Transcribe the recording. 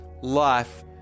life